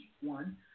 one